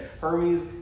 Hermes